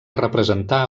representar